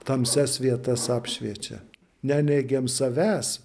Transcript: tamsias vietas apšviečia neneigiam savęs